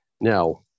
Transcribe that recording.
Now